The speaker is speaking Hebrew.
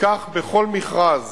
וכך בכל מכרז,